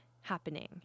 happening